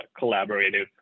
collaborative